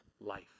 life